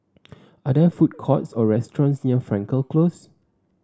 are there food courts or restaurants near Frankel Close